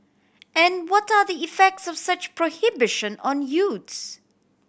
and what are the effects of such prohibition on youths